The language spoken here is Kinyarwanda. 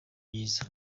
myiza